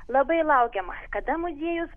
labai laukiam kada muziejus